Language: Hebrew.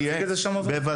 נכון?